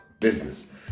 business